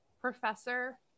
professor